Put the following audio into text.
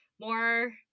more